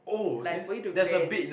like for you to rent